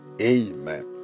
Amen